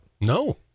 No